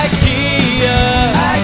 Ikea